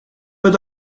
peux